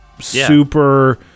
super